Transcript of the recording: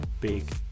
big